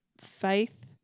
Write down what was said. Faith